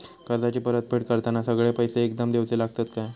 कर्जाची परत फेड करताना सगळे पैसे एकदम देवचे लागतत काय?